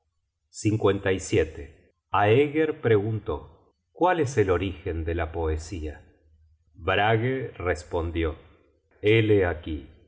aeger preguntó cuál es el origen de la poesía brage respondió héleaquí